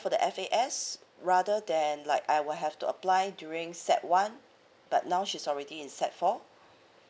for the F_A_S rather than like I will have to apply during sec one but now she's already is sec four